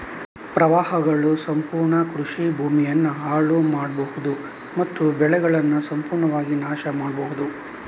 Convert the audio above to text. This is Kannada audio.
ಪ್ರವಾಹಗಳು ಸಂಪೂರ್ಣ ಕೃಷಿ ಭೂಮಿಯನ್ನ ಹಾಳು ಮಾಡ್ಬಹುದು ಮತ್ತು ಬೆಳೆಗಳನ್ನ ಸಂಪೂರ್ಣವಾಗಿ ನಾಶ ಪಡಿಸ್ಬಹುದು